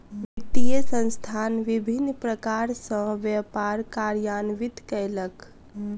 वित्तीय संस्थान विभिन्न प्रकार सॅ व्यापार कार्यान्वित कयलक